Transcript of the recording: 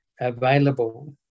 available